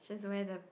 just where the